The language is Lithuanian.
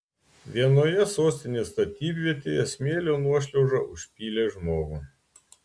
vienoje sostinės statybvietėje smėlio nuošliauža užpylė žmogų